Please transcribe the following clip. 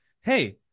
hey